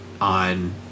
on